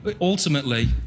ultimately